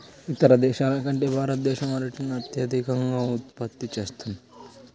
ఇతర దేశాల కంటే భారతదేశం అరటిని అత్యధికంగా ఉత్పత్తి చేస్తుంది